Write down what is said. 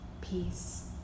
peace